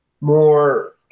more